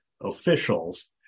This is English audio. officials